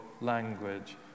language